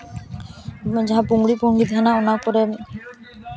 ᱡᱟᱦᱟᱸ ᱯᱩᱝᱲᱤ ᱯᱩᱝᱲᱤ ᱛᱟᱦᱮᱱᱟ ᱚᱱᱟ ᱠᱚᱞᱮ